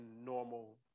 normal